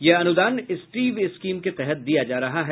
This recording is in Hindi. यह अनुदान स्ट्रीव स्कीम के तहत दिया जा रहा है